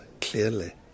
clearly